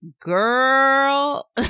girl